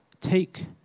Take